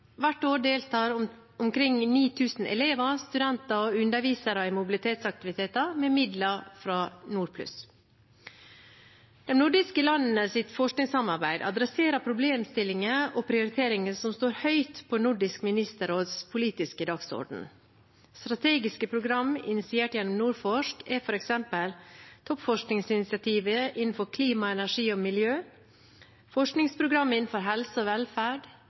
Hvert år deltar omkring 9 000 elever, studenter og undervisere i mobilitetsaktiviteter med midler fra Nordplus. De nordiske landenes forskningssamarbeid adresserer problemstillinger og prioriteringer som står høyt på Nordisk ministerråds politiske dagsorden. Strategiske program initiert gjennom NordForsk er f.eks. Toppforskningsinitiativet innenfor klima, energi og miljø, forskningsprogram innenfor helse og velferd,